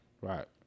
Right